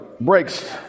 breaks